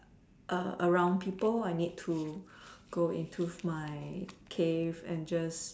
A around people I need to go into my cave and just